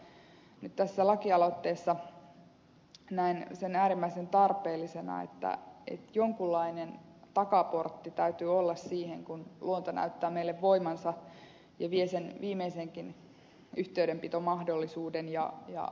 mutta nyt tässä lakialoitteessa näen sen äärimmäisen tarpeellisena että jonkunlainen takaportti täytyy olla siihen kun luonto näyttää meille voimansa ja vie sen viimeisenkin yhteydenpitomahdollisuuden ja avunhankintamahdollisuuden pois